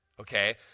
Okay